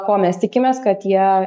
ko mes tikimės kad jie